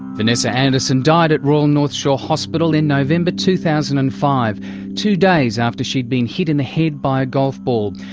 vanessa anderson died at royal north shore hospital in november, two thousand and five two days after she'd been hit in the head by a golf ball.